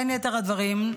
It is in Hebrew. בין יתר הדברים,